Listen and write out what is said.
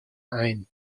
ein